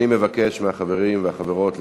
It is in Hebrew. אני מבקש מהחברים והחברות להצביע.